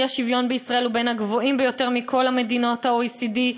האי-שוויון בישראל הוא בין הגבוהים בכל מדינות ה-OECD.